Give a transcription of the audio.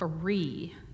free